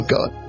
God